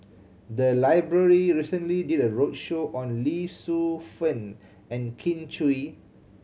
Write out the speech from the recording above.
the library recently did a roadshow on Lee Shu Fen and Kin Chui